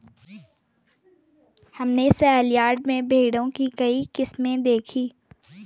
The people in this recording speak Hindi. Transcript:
हमने सेलयार्ड में भेड़ों की कई किस्में देखीं